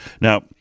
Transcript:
Now